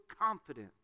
confident